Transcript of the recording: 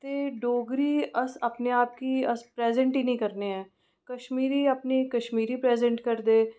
ते डोगरी अस अपने आप गी अस प्रैजेंट गै निं करने आं कश्मीरी अपने आप गी कश्मीरी प्रैंजेंट करदे न